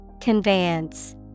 Conveyance